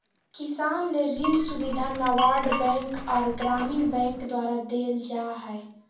किसान ले ऋण सुविधा नाबार्ड बैंक आर ग्रामीण बैंक द्वारा देल जा हय